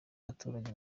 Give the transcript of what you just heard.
baturage